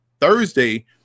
Thursday